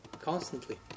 constantly